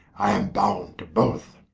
i am bound to both